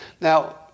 Now